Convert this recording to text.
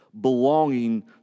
belonging